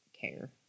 care